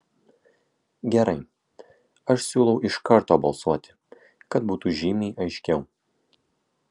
gerai aš siūlau iš karto balsuoti kad būtų žymiai aiškiau